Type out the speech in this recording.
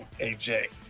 AJ